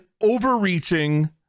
overreaching